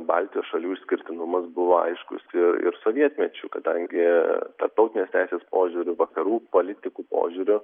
baltijos šalių išskirtinumas buvo aiškus ir ir sovietmečiu kadangi tarptautinės teisės požiūriu vakarų politikų požiūriu